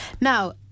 Now